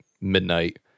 midnight